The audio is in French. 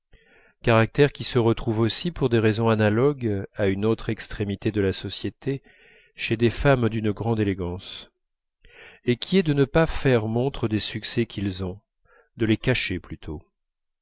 caractère qui se retrouve aussi pour des raisons analogues à une autre extrémité de la société chez des femmes d'une grande élégance et qui est de ne pas faire montre des succès qu'ils ont de les cacher plutôt